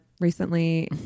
recently